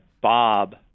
Bob